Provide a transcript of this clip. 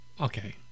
Okay